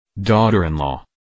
daughter-in-law